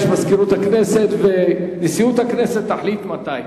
יש מזכירות הכנסת ונשיאות הכנסת תחליט מתי.